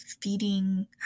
feeding